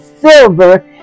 silver